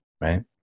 right